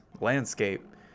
landscape